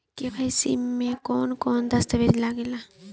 KYC में कवन कवन दस्तावेज लागे ला?